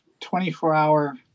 24-hour